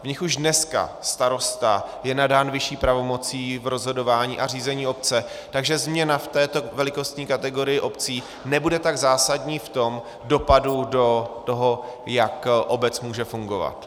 V nich už dneska starosta je nadán vyšší pravomocí v rozhodování a řízení obce, takže změna v této velikostní kategorii obcí nebude tak zásadní v tom dopadu do toho, jak obec může fungovat.